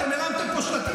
אתם הרמתם פה שלטים,